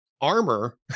armor